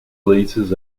places